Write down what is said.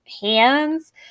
hands